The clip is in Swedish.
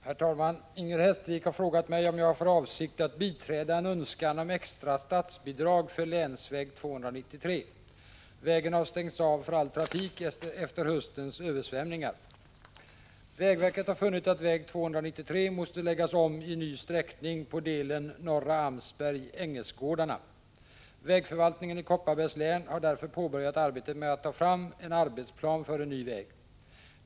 Herr talman! Inger Hestvik har frågat mig om jag har för avsikt att biträda en önskan om extra statsbidrag för länsväg 293. Vägen har stängts av för all trafik efter höstens översvämningar. Vägverket har funnit att väg 293 måste läggas om i ny sträckning på delen Norr Amsberg-Ängesgårdarna. Vägförvaltningen i Kopparbergs län har därför påbörjat arbetet med att ta fram en arbetsplan för en ny väg.